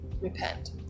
repent